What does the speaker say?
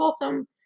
bottom